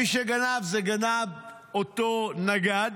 -- מי שגנב זה אותו נגד,